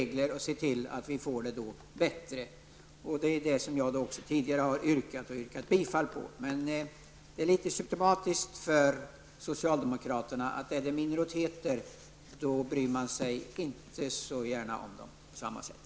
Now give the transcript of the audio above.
Det gäller ju att se till att det blir en förbättring på detta område. Det är vad jag tidigare har hemställt om, och i det avseendet har jag även yrkat bifall till framlagda förslag. Det är lite symtomatiskt för socialdemokraterna att inte så gärna bry sig om minoriteter. Socialdemokraterna bryr sig inte om dessa på samma sätt som de bryr sig om andra.